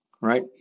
right